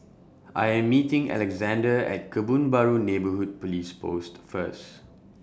I Am meeting Alexandre At Kebun Baru Neighbourhood Police Post First